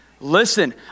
Listen